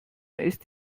ist